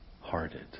hearted